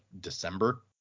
December